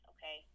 Okay